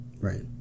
Right